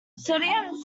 sodium